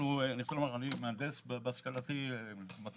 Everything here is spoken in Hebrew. אני מהנדס בהשכלתי, למדתי